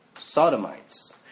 Sodomites